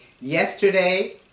yesterday